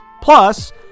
Plus